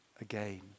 again